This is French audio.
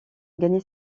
gagner